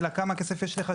אלא כמה כסף יש לך,